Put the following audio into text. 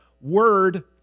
Word